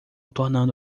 tornando